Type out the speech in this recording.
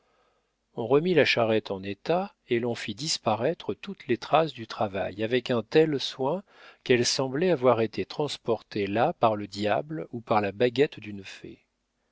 on remit la charrette en état et l'on fit disparaître toutes les traces du travail avec un tel soin qu'elle semblait avoir été transportée là par le diable ou par la baguette d'une fée